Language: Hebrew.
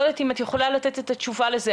יודעת אם את יכולה לתת לנו את התשובה לזה,